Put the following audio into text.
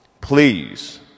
please